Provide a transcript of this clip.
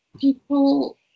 people